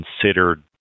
considered